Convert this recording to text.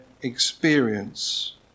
experience